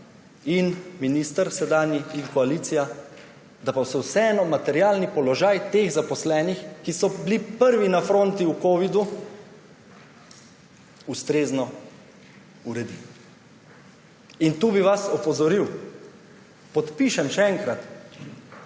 minister ter koalicija, da pa se vseeno materialni položaj teh zaposlenih, ki so bili prvi na fronti v covidu, ustrezno uredi. Tu bi vas opozoril, podpišem še enkrat,